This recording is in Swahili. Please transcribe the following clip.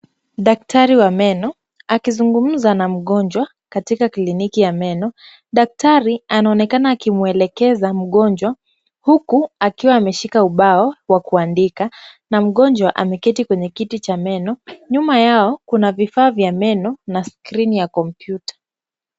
Daktari wa meno akizungumza na mgonjwa katika kliniki ya meno. Daktari anaonekana akimuelekeza mgonjwa huku akiwa ameshika ubao wa kuandika na mgonjwa ameketi kwenye kiti cha meno. Nyuma yao kuna vifaa vya meno na skrini ya kompyuta.